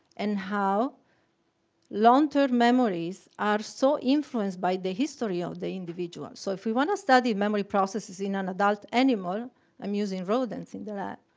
and how long-term memories are so influenced by the history of the individual. so if we want to study memory processes in an adult animal i'm using rodents in the lab